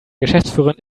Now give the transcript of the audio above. geschäftsführerin